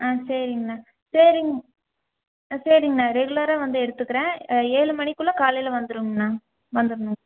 ஆ சரிங்ண்ணா சரிங் சரிங்ண்ணா ரெகுலராக வந்து எடுத்துக்கிறேன் ஏழு மணிக்குள்ளே காலையில் வந்துவிடுங்ண்ணா வந்துடுணும்